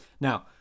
Now